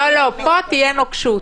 לא, פה תהיה נוקשות.